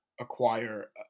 acquire